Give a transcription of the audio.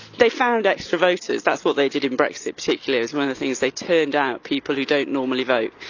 they found extra voters. that's what they did in brexit particularly. it was one of the things they turned out people who don't normally vote.